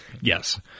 Yes